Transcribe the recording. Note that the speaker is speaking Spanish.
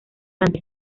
santa